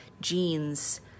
jeans